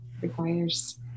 requires